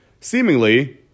Seemingly